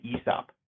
ESOP